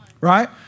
Right